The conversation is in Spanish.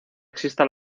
exista